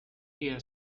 here